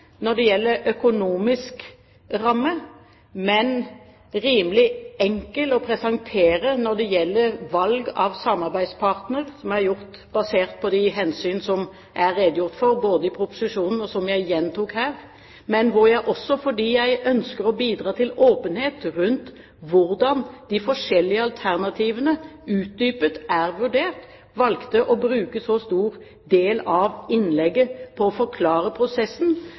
når det gjelder økonomisk ramme, men som er rimelig enkel å presentere når det gjelder valg av samarbeidspartner, basert på de hensyn som det er redegjort for både i proposisjonen og i det jeg gjentok her. Men fordi jeg ønsker å bidra til åpenhet om hvordan de forskjellige alternativene utdypende er vurdert, valgte jeg å bruke en så stor del av innlegget på å forklare prosessen,